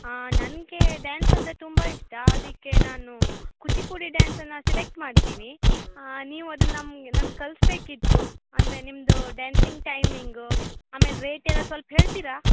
ಹಾಂ ನನಗೆ ಡ್ಯಾನ್ಸ್ ಅಂದರೆ ತುಂಬ ಇಷ್ಟ ಅದಕ್ಕೆ ನಾನು ಕೂಚಿಪುಡಿ ಡ್ಯಾನ್ಸನ್ನು ಸೆಲೆಕ್ಟ್ ಮಾಡಿದ್ದೀನಿ ನೀವು ಅದ್ನ ನಮ್ಗೆ ನನ್ಗೆ ಕಲಿಸ್ಬೇಕಿತ್ತು ಅಂದರೆ ನಿಮ್ಮದು ಡ್ಯಾನ್ಸಿಂಗ್ ಟೈಮಿಂಗು ಆಮೇಲೆ ರೇಟೆಲ್ಲ ಸ್ವಲ್ಪ ಹೇಳ್ತೀರಾ